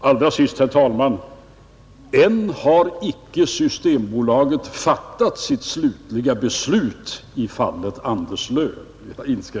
Allra sist: Än har inte Systembolaget fattat sitt slutliga beslut i fallet Anderslöv.